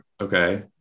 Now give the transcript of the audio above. okay